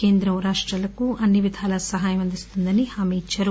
కేంద్రం రాష్టాలకు అన్నీ విధాలా సహాయం అందిస్తుందని హామీ ఇద్చారు